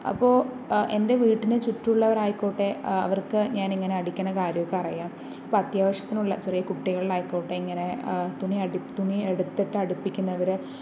അപ്പോൾ എൻ്റെ വീട്ടിനു ചുറ്റുമുള്ളവരായിക്കോട്ടെ അവർക്ക് ഞാനിങ്ങനെ അടിക്കണ കാര്യമൊക്കെ അറിയാം അപ്പോൾ അത്യാവശ്യത്തിനുള്ള ചെറിയ കുട്ടികളുടെ ആയിക്കോട്ടെ ഇങ്ങനെ തുണി അടി തുണി എടുത്തിട്ട് അടുപ്പിക്കുന്നവരെ